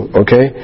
okay